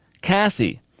Kathy